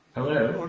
hello? oh